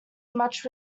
much